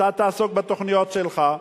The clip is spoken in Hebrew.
אתה תעסוק בתוכניות שלך,